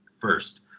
first